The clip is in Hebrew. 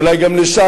ואולי גם לש"ס,